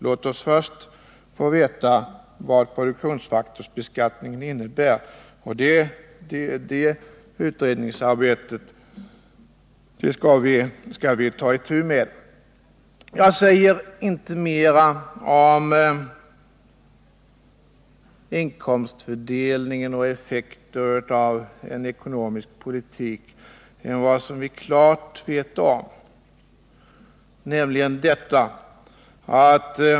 Låt oss först få veta vad produktionsfaktorsbeskattning innebär, och det utredningsarbetet skall vi ta itu med. Jag säger inte mer om inkomstfördelningen och effekterna av en ekonomisk politik än vad vi klart vet.